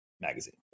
Magazine